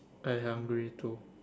I hungry too